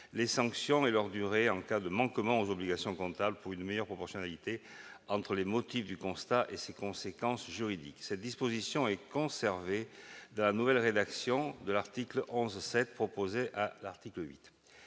les sanctions et leur durée en cas de manquement aux obligations comptables pour une meilleure proportionnalité entre les motifs du constat et ses conséquences juridiques. Cette disposition est conservée dans la nouvelle rédaction de l'article 11-7 proposée à l'article 8